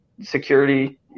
security